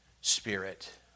spirit